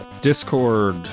Discord